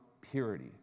purity